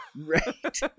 right